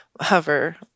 hover